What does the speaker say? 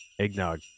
eggnog